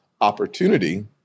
opportunity